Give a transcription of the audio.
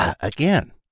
again